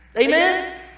Amen